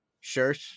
shirt